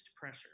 pressure